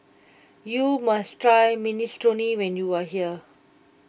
you must try Minestrone when you are here